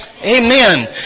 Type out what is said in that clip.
Amen